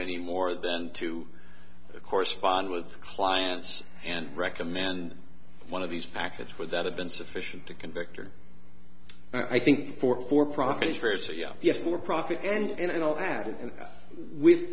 any more than to correspond with clients and recommend one of these packets would that have been sufficient to convict or i think for for profit versus yeah yeah for profit and a